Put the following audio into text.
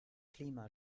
klima